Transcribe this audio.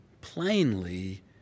plainly